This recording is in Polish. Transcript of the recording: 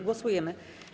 Głosujemy.